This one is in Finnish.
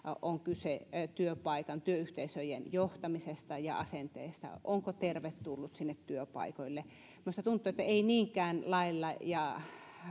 on kyse työpaikan työyhteisöjen johtamisesta ja asenteesta onko tervetullut sinne työpaikoille minusta tuntuu että ei laeilla ja